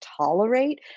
tolerate